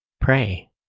pray